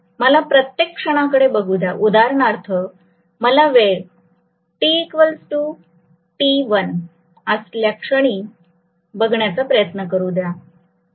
मला प्रत्येक क्षणाकडे बघू द्या उदाहरणार्थ मला वेळ tt0 असल्या क्षणी बघण्याचा प्रयत्न करू द्या